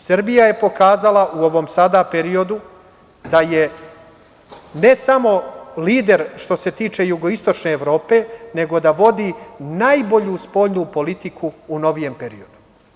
Srbija je pokazala u ovom sada periodu da je ne samo lider što se tiče jugoistočne Evrope, nego da vodi najbolju spoljnu politiku u novijem periodu.